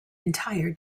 entire